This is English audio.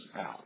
out